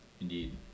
Indeed